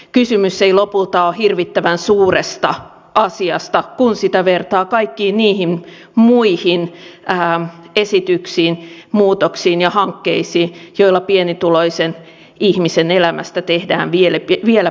kysymys ei lopulta ole hirvittävän suuresta asiasta kun sitä vertaa kaikkiin niihin muihin esityksiin muutoksiin ja hankkeisiin joilla pienituloisen ihmisen elämästä tehdään vielä pienituloisempaa